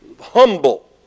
Humble